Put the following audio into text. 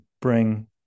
bring